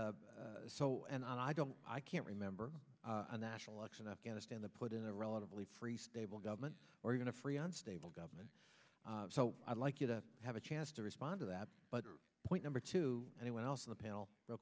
and so and i don't i can't remember a national election afghanistan to put in a relatively free stable government or even a free and stable government so i'd like you to have a chance to respond to that but point number two anyone else on the panel real